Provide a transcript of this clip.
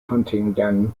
huntingdon